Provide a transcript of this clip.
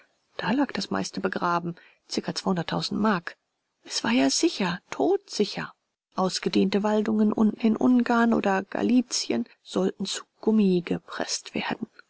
da lag das meiste begraben zirka zweihunderttausend mark es war ja sicher totsicher ausgedehnte waldungen unten in ungarn oder galizien sollten zu gummi gepreßt werden